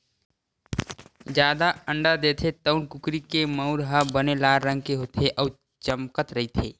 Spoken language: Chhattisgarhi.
जादा अंडा देथे तउन कुकरी के मउर ह बने लाल रंग के होथे अउ चमकत रहिथे